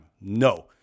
No